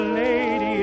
lady